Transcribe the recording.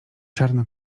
czarna